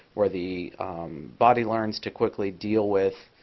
where the body learns to quickly deal with